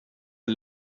för